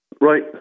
Right